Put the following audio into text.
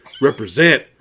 Represent